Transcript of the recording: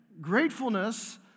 gratefulness